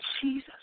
Jesus